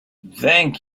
thank